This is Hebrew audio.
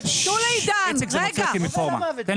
אני